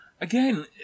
again